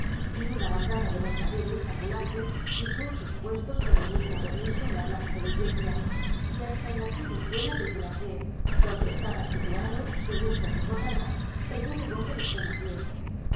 y una bandada de mercaderes ambulantes situó sus puestos con el mismo permiso en la plaza de la iglesia y hasta en la callejuela del boulanger donde estaba situado segun se recordará el bodegon de los